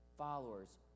followers